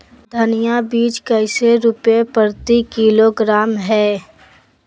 धनिया बीज कैसे रुपए प्रति किलोग्राम है?